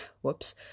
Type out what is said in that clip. Whoops